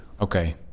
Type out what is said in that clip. Okay